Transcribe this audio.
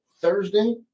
Thursday